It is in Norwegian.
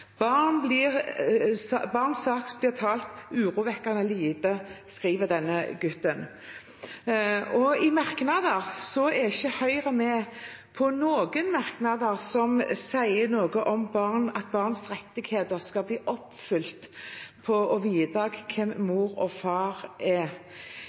barn. «Barnas sak blir talt urovekkende lite», skriver denne gutten. I innstillingen er ikke Høyre med på noen merknader som sier noe om at barns rettigheter skal bli oppfylt for at de skal få vite hvem mor og far er.